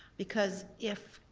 because if